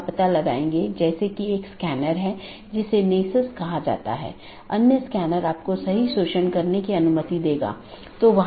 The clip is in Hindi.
एक विशेष उपकरण या राउटर है जिसको BGP स्पीकर कहा जाता है जिसको हम देखेंगे